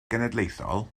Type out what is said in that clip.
genedlaethol